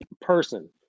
person